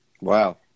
Wow